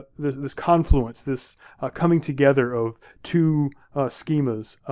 there's this confluence. this coming together of two schemas.